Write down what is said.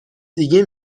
دیگه